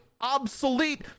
obsolete